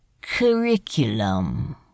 Curriculum